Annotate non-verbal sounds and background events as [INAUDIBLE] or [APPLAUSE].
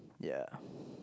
ya [BREATH]